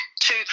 two